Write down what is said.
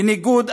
בניגוד,